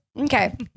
okay